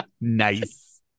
Nice